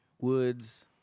woods